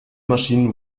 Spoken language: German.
maschinen